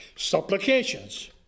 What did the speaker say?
supplications